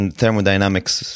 thermodynamics